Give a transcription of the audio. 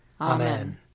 Amen